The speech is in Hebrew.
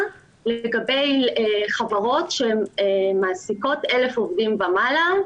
לגבי חברות שמעסיקות 1,000 עובדים ומעלה,